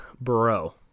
bro